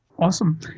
awesome